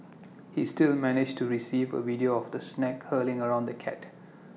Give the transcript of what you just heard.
he still managed to receive A video of the snake curling around the cat